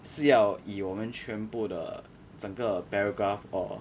是要以我们全部的整个 paragraph or